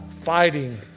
fighting